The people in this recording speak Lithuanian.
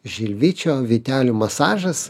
žilvičio vytelių masažas